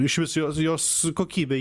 išvis jos jos kokybė